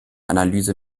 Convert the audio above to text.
analyse